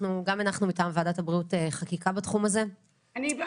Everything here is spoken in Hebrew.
גם אנחנו מטעם ועדת הבריאות מקדמים חקיקה בתחום הזה על כל המקצועות.